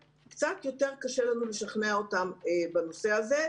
אבל קצת יותר קשה לנו לשכנע אותה בנושא הזה.